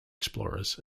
explorers